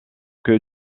que